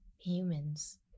humans